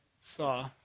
saw